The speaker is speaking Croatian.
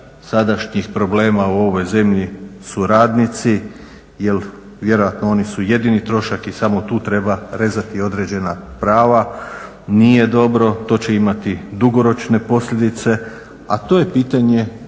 sadašnjih problema u ovoj zemlji su radnici jer vjerojatno oni su jedini trošak i samo tu treba rezati određena prava. Nije dobro, to će imati dugoročne posljedice, a to je pitanje